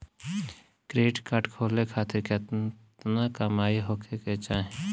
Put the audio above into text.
Credit card खोले खातिर केतना कमाई होखे के चाही?